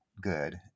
good